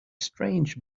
strange